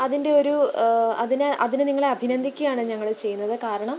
അതിൻറ്റെയൊരു അതിന് അതിന് നിങ്ങളെ അഭിനന്ദിക്കുകയാണ് ഞങ്ങള് ചെയ്യുന്നത് കാരണം